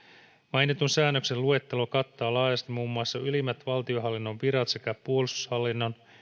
mainitun säännöksen luettelo kattaa laajasti muun muassa ylimmät valtionhallinnon virat sekä puolustushallinnon